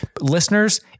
Listeners